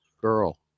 girl